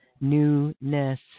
newness